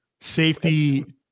safety